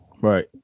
right